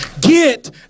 Get